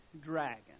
dragon